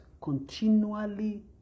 continually